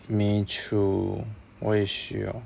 me too 我也需要